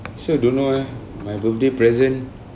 actually I don't know leh my birthday present